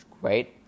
great